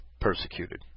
persecuted